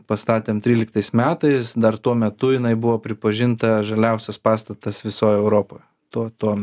pastatėm tryliktais metais dar tuo metu jinai buvo pripažinta žaliausias pastatas visoj europoj tuo tuo